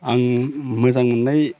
आं मोजां मोननाय